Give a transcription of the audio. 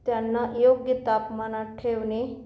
त्यांना योग्य तापमानात ठेवणे